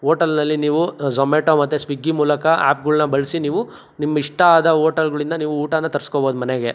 ಓಟೆಲ್ನಲ್ಲಿ ನೀವು ಝೋಮ್ಯಾಟೋ ಮತ್ತು ಸ್ವಿಗ್ಗಿ ಮೂಲಕ ಆ್ಯಪ್ಗಳ್ನ ಬಳಸಿ ನೀವು ನಿಮ್ಮಿಷ್ಟ ಆದ ಓಟೆಲ್ಗಳಿಂದ ನೀವು ಊಟನ ತರ್ಸ್ಕೊಬೋದು ಮನೆಗೆ